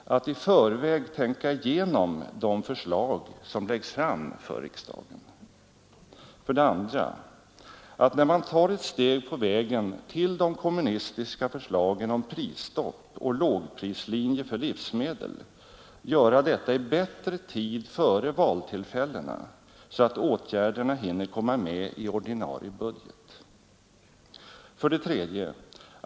Att i förväg tänka igenom de förslag som läggs fram för riksdagen. 2. Att, när man tar ett steg på vägen mot de kommunistiska förslagen om prisstopp och lågprislinje för livsmedel, göra detta i bättre tid före valtillfällena så att åtgärderna hinner komma med i ordinarie budget. 3.